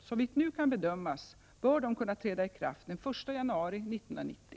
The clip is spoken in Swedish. Såvitt nu kan bedömas bör de kunna träda i kraft den 1 januari 1990.